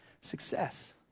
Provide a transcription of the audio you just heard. success